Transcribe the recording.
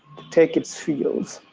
to take its fields,